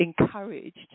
encouraged